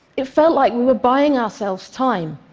it felt like we were buying ourselves time.